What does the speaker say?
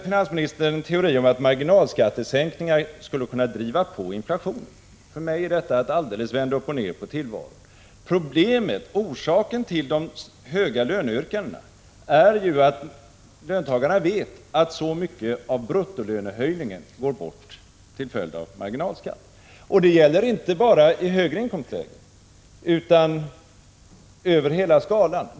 Finansministern hade en teori om att marginalskattesänkningar skulle kunna driva på inflationen. För mig är detta att helt vända upp och ned på tillvaron. Orsaken till de höga löneyrkandena är ju att löntagarna vet att så mycket av bruttolönehöjningen går bort till följd av marginalskatt. Det gäller inte bara i högre inkomstlägen utan över hela skalan.